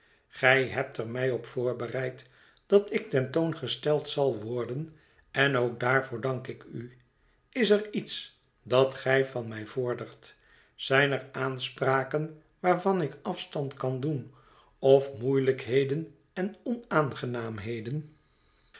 gij hebt er mij op voorbereid dat ik ten toon gesteld zal worden en ook daarvoor dank ik u is er iets dat gij van mij vordert zijn er aanspraken waarvan ik afstand kan doen of moeielijkheden en